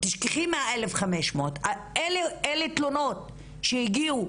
תשכחי מה-1542, אלה תלונות שהגיעו